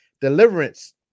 Deliverance